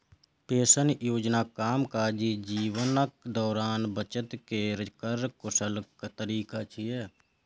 pension योजना कामकाजी जीवनक दौरान बचत केर कर कुशल तरीका छियै